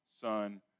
Son